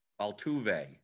Altuve